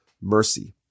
mercy